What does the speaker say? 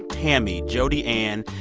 tammy, jody anne,